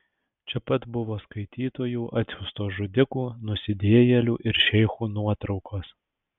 čia pat buvo skaitytojų atsiųstos žudikų nusidėjėlių ir šeichų nuotraukos